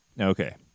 Okay